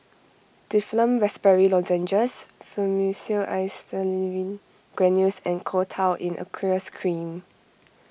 Difflam Raspberry Lozenges Fluimucil Acetylcysteine Granules and Coal Tar in Aqueous Cream